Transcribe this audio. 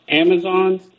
Amazon